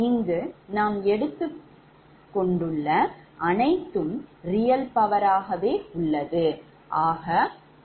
இங்கு நாம் எடுத்துக் கொண்டுள்ள அனைத்தும் real power கவே உள்ளது